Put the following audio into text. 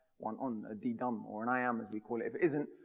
one on, ah dee-dum, or an iamb, as we call it isn't,